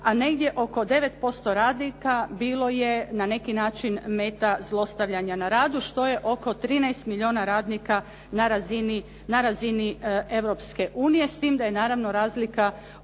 a negdje oko 9% radnika bilo je na neki način meta zlostavljanja na radu što je oko 13 milijuna radnika na razini Europske unije, s tim da je naravno razlika